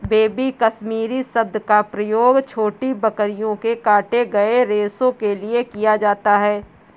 baby Kashmiri शब्द का प्रयोग छोटी बकरियों के काटे गए रेशो के लिए किया जाता है